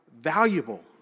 valuable